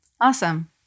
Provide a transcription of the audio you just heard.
Awesome